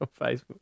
Facebook